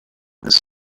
this